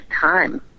time